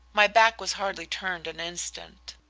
my back was hardly turned an instant.